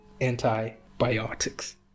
antibiotics